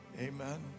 Amen